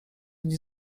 nie